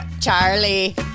Charlie